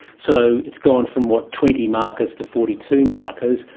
so, it's gone from what, twenty markers to forty two markers,